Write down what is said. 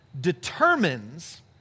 determines